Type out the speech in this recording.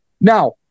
Now